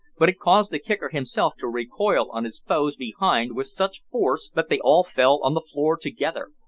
but it caused the kicker himself to recoil on his foes behind with such force that they all fell on the floor together,